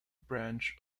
branch